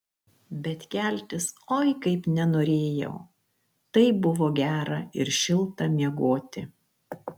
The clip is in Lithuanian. bet keltis oi kaip nenorėjau taip buvo gera ir šilta miegoti